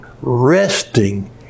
resting